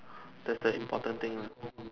that's the important thing lah